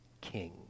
king